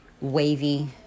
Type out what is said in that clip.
wavy